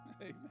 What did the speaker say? Amen